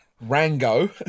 Rango